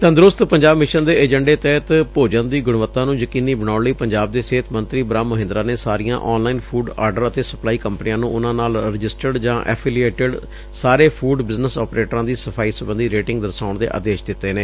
ਤੰਦਰੁਸਤ ਪੰਜਾਬ ਮਿਸ਼ਨ ਦੇ ਏਜੰਡੇ ਤਹਿਤ ਭੋਜਨ ਦੀ ਗੁਣਵਤਾ ਨੂੰ ਯਕੀਨੀ ਬਣਾਉਣ ਲਈ ਪੰਜਾਬ ਦੇ ਸਿਹਤ ਮੰਤਰੀ ਬ੍ਹਹਮ ਮਹਿੰਦਰਾ ਨੇ ਸਾਰੀਆਂ ਆਨਲਾਈਨ ਫੂਡ ਆਰਡਰ ਅਤੇ ਸਪਲਾਈ ਕੰਪਨੀਆਂ ਨੂੰ ਉਨੂਾਂ ਨਾਲ ਰਜਿਸਟਰਡ ਜਾਂ ਐਫੀਲਿਏਟਡ ਸਾਰੇ ਫੂਡ ਬਿਜਨਸ ਆਪਰੇਟਰਾਂ ਦੀ ਸਫਾਈ ਸਬੰਧੀ ਰੇਟਿੰਗ ਦਰਸਾਉਣ ਦੇ ਆਦੇਸ਼ ਦਿੱਤੇ ਨੇ